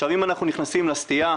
אם אנחנו נכנסים לסטייה,